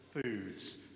foods